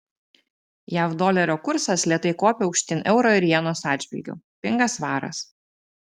jav dolerio kursas lėtai kopia aukštyn euro ir jenos atžvilgiu pinga svaras